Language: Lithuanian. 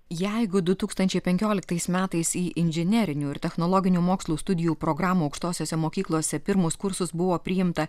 jeigu du tūkstančiai penkioliktais metais į inžinerinių ir technologinių mokslų studijų programų aukštosiose mokyklose pirmus kursus buvo priimta